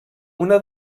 una